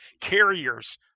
carriers